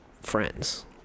friends